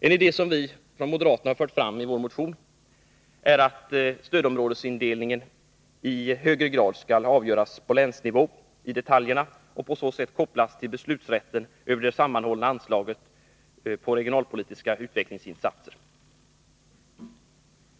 En idé som vi för fram i vår motion är att stödområdesindelningen — detaljerna — i högre grad skall avgöras på länsnivå och på så sätt kopplas till beslutsrätten över det sammanhållna anslaget Regionala utvecklingsinsatser.